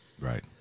Right